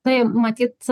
tai matyt